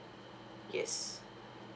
yes